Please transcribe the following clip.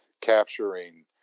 capturing